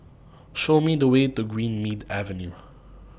Show Me The Way to Greenmead Avenue